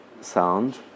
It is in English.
sound